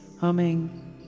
humming